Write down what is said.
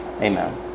amen